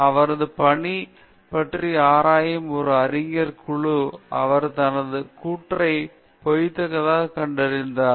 அவரது பணி பற்றி ஆராயும் ஒரு அறிஞர் குழு அவர் தனது கூற்றைப் பொய்த்ததாகக் கண்டறிந்தார்